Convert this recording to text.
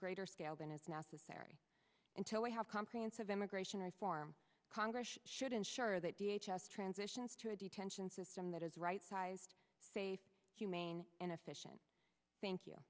greater scale than is necessary until we have comprehensive immigration reform congress should ensure that the h s transitions to a detention system that is right sized safe humane and efficient thank you